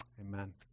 amen